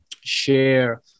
share